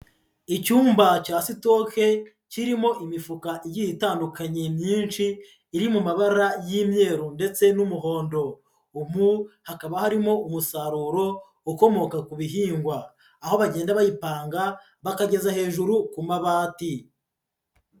Icyumba cya stock kirimo imifuka igiye itandukanye myinshi iri mu mabara y'imyeru ndetse n'umuhondo, umu hakaba harimo umusaruro ukomoka ku bihingwa aho bagenda bayipanga bakageza hejuru ku mabati.